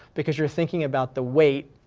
because you're thinking about the weight,